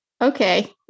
Okay